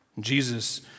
Jesus